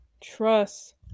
trust